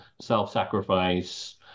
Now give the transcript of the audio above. self-sacrifice